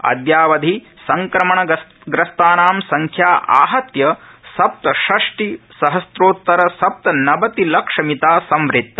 अदयावधि संक्रमणग्रस्तानां संख्या आहत्य सप्तषष्टिसहस्रोत्तर सप्तनवतिलक्षमिता संवृता